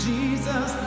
Jesus